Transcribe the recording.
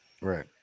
Right